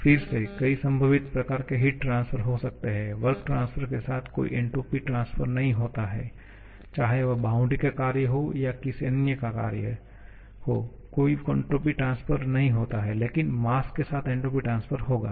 फिर से कई संभावित प्रकार के हीट ट्रांसफर हो सकते हैं वर्क ट्रांसफर के साथ कोई एंट्रॉपी ट्रांसफर नहीं होता है चाहे वह बाउंड्री का कार्य हो या किसी अन्य तरह का कार्य हो कोई एंट्रॉपी ट्रांसफर नहीं होता है लेकिन मास के साथ एन्ट्रापी ट्रांसफर होगा